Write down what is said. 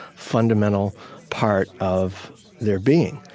fundamental part of their being.